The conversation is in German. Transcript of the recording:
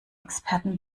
experten